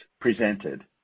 presented